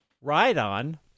Ride-on